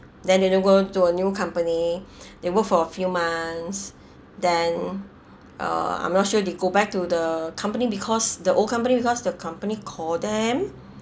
then they'll go to a new company they worked for a few months then uh I'm not sure they go back to the company because the old company because the company call them